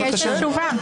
אני מבקשת תשובה.